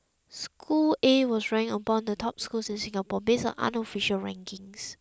school A was ranked among the top schools in Singapore based on unofficial rankings